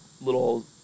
little